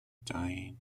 dying